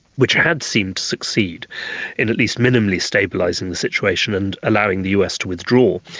which had seemed to succeed in at least minimally stabilising the situation and allowing the us to withdraw.